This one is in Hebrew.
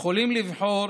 יכולים לבחור